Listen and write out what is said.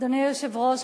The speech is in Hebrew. אדוני היושב-ראש,